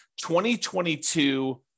2022